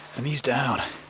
and he is down,